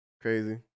crazy